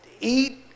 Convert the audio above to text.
eat